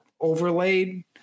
overlaid